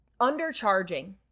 undercharging